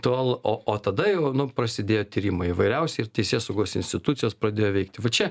tol o o tada jau nuo prasidėjo tyrimai įvairiausi ir teisėsaugos institucijos pradėjo veikti va čia